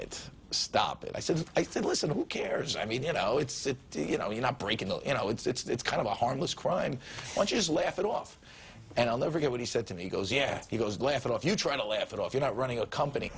it stop it i said i said listen who cares i mean you know it's do you know you're not breaking the law and how it's kind of a harmless crime which is laugh it off and i'll never get what he said to me he goes yeah he goes laugh it off you try to laugh it off you're not running a company